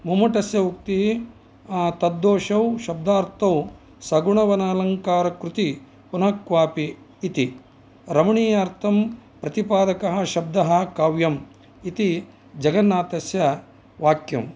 मम्मटस्य उक्तिः ततददोषौ शब्दार्थौ सगुणावनलङ्कृती पुनः क्वापि इति रमणीयार्थ प्रतिपादकः शब्दः काव्यम् इति जगन्नाथस्य वाक्यम्